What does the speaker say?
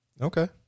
Okay